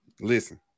Listen